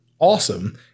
Awesome